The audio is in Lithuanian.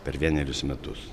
per vienerius metus